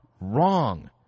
wrong